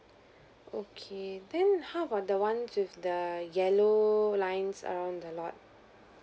okay then how about the ones with the yellow lines around the lot